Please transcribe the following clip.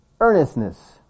Earnestness